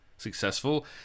successful